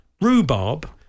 rhubarb